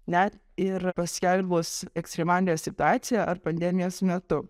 net ir paskelbus ekstremalią situaciją ar pandemijos metu